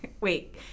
Wait